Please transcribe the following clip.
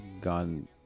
gone